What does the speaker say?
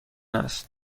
است